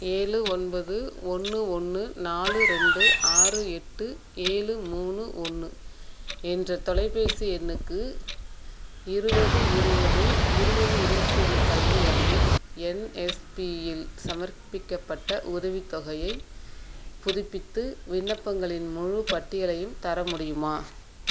ஏழு ஒன்பது ஒன்று ஒன்று நாலு ரெண்டு ஆறு எட்டு ஏழு மூணு ஒன்று என்ற தொலைபேசி எண்ணுக்கு இருபது இருபது இருபது இருபத்தொன்னு கல்வியாண்டில் என்எஸ்பியில் சமர்ப்பிக்கப்பட்ட உதவிதொகையை புதுப்பித்து விண்ணப்பங்களின் முழுப்பட்டியலையும் தர முடியுமா